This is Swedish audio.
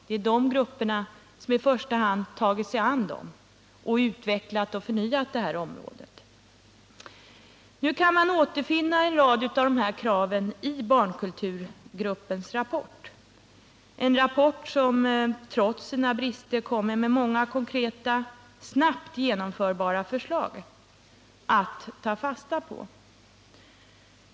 Det är de grupperna som i första hand tagit sig an barnen och utvecklat och förnyat det här området. Nu kan man återfinna en rad av våra krav i barnkulturgruppens rapport, en rapport som trots sina brister ger många konkreta, snabbt genomförbara förslag att ta fasta på.